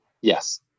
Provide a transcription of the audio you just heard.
Yes